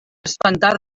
espentar